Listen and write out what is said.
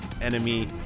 enemy